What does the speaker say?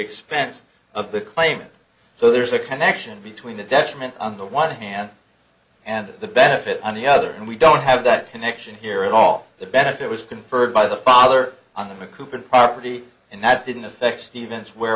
expense of the claimant so there's a connection between the detriment on the one hand and the benefit on the other and we don't have that connection here at all the benefit was conferred by the father on the recouping property and that didn't affect stephens where